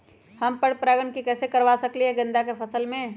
हम पर पारगन कैसे करवा सकली ह गेंदा के फसल में?